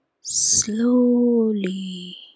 slowly